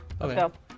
Okay